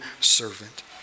servant